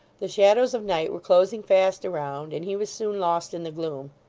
the shadows of night were closing fast around, and he was soon lost in the gloom.